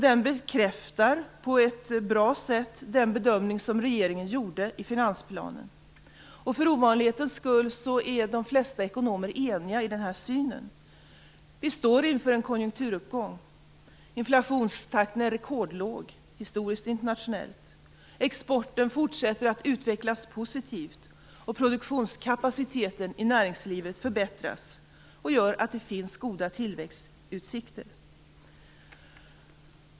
Den bekräftar på ett bra sätt den bedömning som regeringen gjorde i finansplanen. För ovanlighetens skull är de flesta ekonomer eniga i synen. Vi står inför en konjunkturuppgång. Inflationstakten är rekordlåg, historiskt och internationellt. Exporten fortsätter att utvecklas positivt, och produktionskapaciteten i näringslivet förbättras. Det gör att det finns goda tillväxtutsikter.